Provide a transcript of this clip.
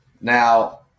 Now